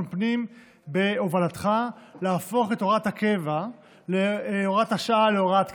פנים בהובלתך להפוך את הוראת השעה להוראת קבע.